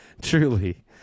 Truly